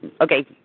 Okay